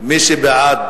מי שבעד